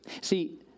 See